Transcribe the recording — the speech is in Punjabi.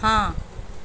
ਹਾਂ